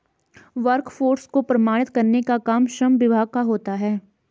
workforce को प्रमाणित करने का काम श्रम विभाग का होता है